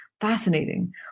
fascinating